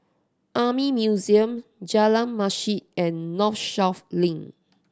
Army Museum Jalan Masjid and Northshore Link